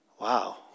wow